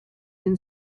then